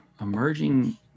emerging